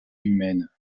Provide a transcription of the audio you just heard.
humaine